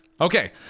okay